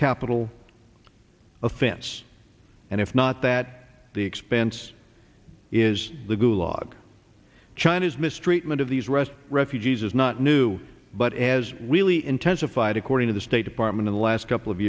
capital offense and if not that the expense is the gulag china's mistreatment of these rest refugees is not new but as really intensified according to the state department in the last couple of